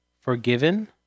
forgiven